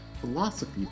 philosophy